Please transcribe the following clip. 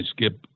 Skip